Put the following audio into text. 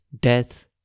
death